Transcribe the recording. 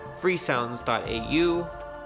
freesounds.au